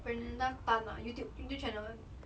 brenda tan ah youtube youtube channel